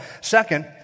Second